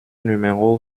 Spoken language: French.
numéro